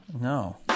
no